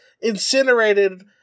incinerated